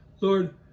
Lord